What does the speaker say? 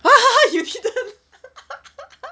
you should